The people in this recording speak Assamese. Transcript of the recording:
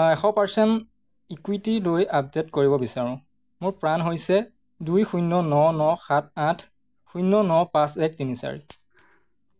এশ পাৰ্চেণ্ট ইকুইটিলৈ আপডেট কৰিব বিচাৰোঁ মোৰ প্ৰাণ হৈছে দুই শূন্য ন ন সাত আঠ শূন্য ন পাঁচ এক তিনি চাৰি